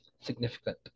significant